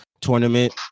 tournament